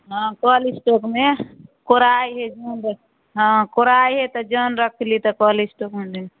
हँ कोल्ड स्टोरमे कोराइ हइ जन कोराइ हइ तऽ जन रखली तऽ कोल्ड स्टोरमे दे